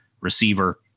receiver